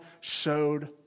showed